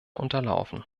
unterlaufen